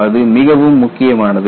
அது மிகவும் முக்கியமானது